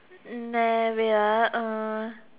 nah wait ah um